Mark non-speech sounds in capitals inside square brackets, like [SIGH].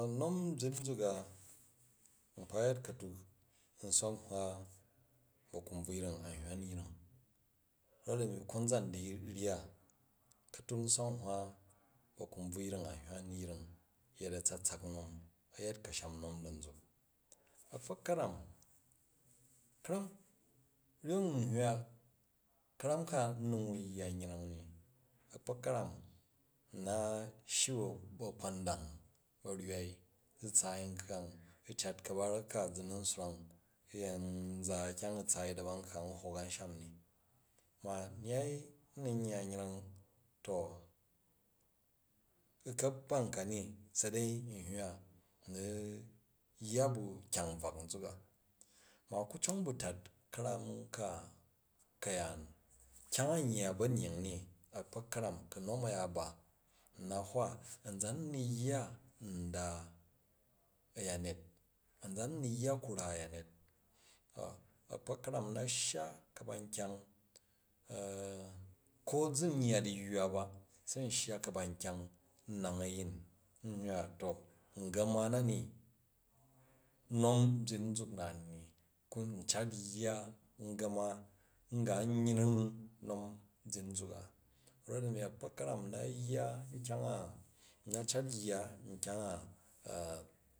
[HESITATION] wom bying nzuk a nkpa yet ka̱tuk nswak nhwa bu̱ a̱kumbvryring an hywan yung rot a̱mi konzan du̱roya, ka̱tuk uswak nhwa bu̱ a̱kunbvuyring a̱n hywan yring yet a̱tsa̱tsak nom a̱yet ka̱sham non da̱n zuk, a̱kpa̱k ka̱ram [HESITATION] ryok n hywa ka̱ram ka n nu̱n wui yya yreng ni a̱kpa̱k ka̱ram ana shyi bu̱ ba̱kpa̱ndang, bu̱ ba̱rwai, zu tsaai nkkang u cat ka̱barak ka zu na̱n swrang ni u̱ yan za kyang u̱ tsaai na̱ma̱nkkang u hok a̱nshami, ma nyyai u nun yya yreng to u̱ ka̱kpang sai dai n hywa u̱ nu̱ yya bu̱ kyang nbvah nzaka ma ku cong bu̱ tat ka̱ram ka̱yaan kyang an yya ba̱nying i a̱ kpak ka̱ram ku̱nom a̱ya ba a na hwa nzan u̱ nu̱ yya nda a̱yanyet uzan u̱ nu̱ yya ku ra a̱ya̱nyet, a̱kpak ka̱ram nna shya ka̱ba̱nkyang, ko zun yya du̱yywa ba se n shya ka̱ba̱nkyang n nang a̱yin n hywa to ngama nani nom byin nzuk nani, ncat yya du̱yywa ngan nyring nom nbying zaka, rof ni a̱kpak ka̱ram nna̱ yya nkyang a nna cat zu yya nkyang a. [HESITATION]